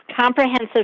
Comprehensive